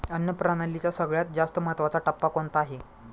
अन्न प्रणालीचा सगळ्यात जास्त महत्वाचा टप्पा कोणता आहे?